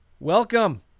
Welcome